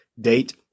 date